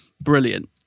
brilliant